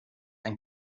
ein